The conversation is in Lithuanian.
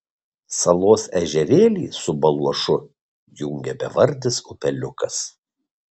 salos ežerėlį su baluošu jungia bevardis upeliukas